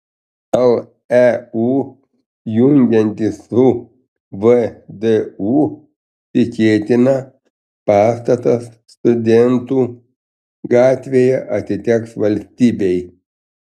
leu jungiantis su vdu tikėtina pastatas studentų gatvėje atiteks valstybei